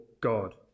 God